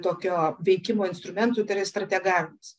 tokio veikimo instrumentų tai yra strategavimas